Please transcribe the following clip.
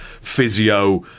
physio